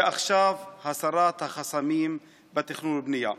ועכשיו, הסרת החסמים בתכנון ובנייה.